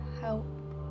help